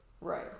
Right